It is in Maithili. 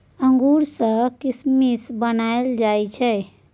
अंगूर सँ किसमिस बनाएल जाइ छै